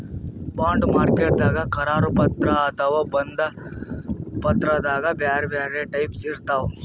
bond ಮಾರ್ಕೆಟ್ದಾಗ್ ಕರಾರು ಪತ್ರ ಅಥವಾ ಬಂಧ ಪತ್ರದಾಗ್ ಬ್ಯಾರೆ ಬ್ಯಾರೆ ಟೈಪ್ಸ್ ಇರ್ತವ್